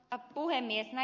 herra puhemies